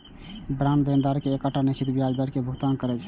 bond देनदार कें एकटा निश्चित ब्याज दर के भुगतान करै छै